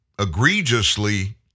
egregiously